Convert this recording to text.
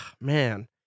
man